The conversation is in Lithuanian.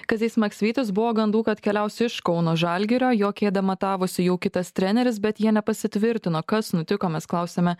kazys maksvytis buvo gandų kad keliaus iš kauno žalgirio jo kėdę matavosi jau kitas treneris bet jie nepasitvirtino kas nutiko mes klausiame